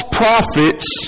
prophets